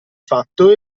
fatto